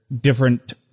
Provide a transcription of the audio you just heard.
different